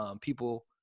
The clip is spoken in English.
people